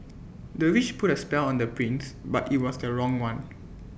the witch put A spell on the prince but IT was the wrong one